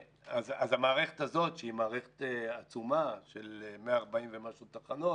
המערכת הזאת שהיא מערכת עצומה של 140 ומשהו תחנות.